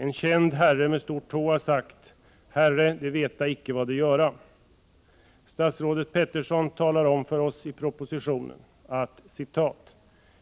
En känd herre har sagt: ”Fader, förlåt dem, ty de veta icke vad de göra.” Statsrådet Peterson talar om för oss i propositionen att